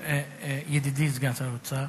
ידידי סגן שר האוצר,